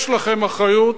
יש לכם אחריות,